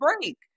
break